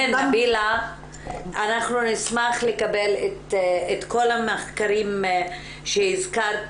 אנחנו נשמח לקבל את כל המחקרים שהזכרת